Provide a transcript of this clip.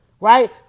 right